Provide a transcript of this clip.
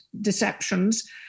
deceptions